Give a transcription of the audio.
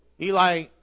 Eli